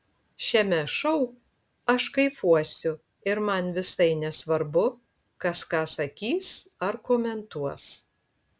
šiame šou aš kaifuosiu ir man visai nesvarbu kas ką sakys ar komentuos